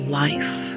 life